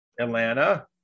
Atlanta